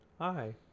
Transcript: Hi